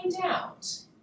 out